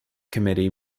committee